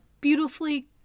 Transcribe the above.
beautifully